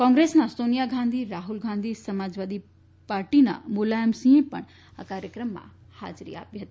કોંગ્રેસના સોનિયા ગાંધી રાફુલ ગાંધી સમાજવાદી પાર્ટીના મુલાયમસિંહે પણ કાર્યક્રમમાં ફાજરી આપી હતી